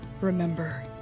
remember